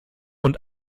und